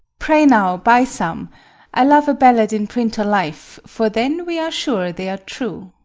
pray now, buy some i love a ballad in print a-life for then we are sure they are true.